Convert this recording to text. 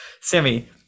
Sammy